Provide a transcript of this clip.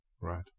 Right